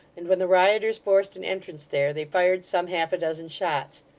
and when the rioters forced an entrance there, they fired some half-a-dozen shots.